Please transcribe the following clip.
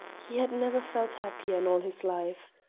he had never felt happier in all his life.